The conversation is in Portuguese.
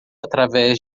através